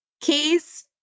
Keys